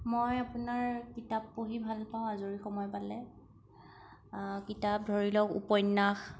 মই আপোনাৰ কিতাপ পঢ়ি ভাল পাওঁ আজৰি সময় পালে কিতাপ ধৰি লওক উপন্যাস